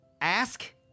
ask